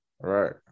right